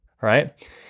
right